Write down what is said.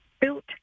built